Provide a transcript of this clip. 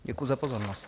Děkuju za pozornost.